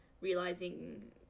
realizing